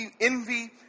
envy